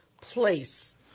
place